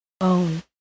own